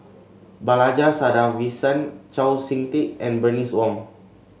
Balaji Sadasivan Chau SiK Ting and Bernice Wong